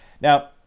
Now